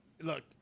look